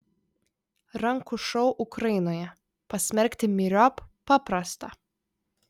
rankų šou ukrainoje pasmerkti myriop paprasta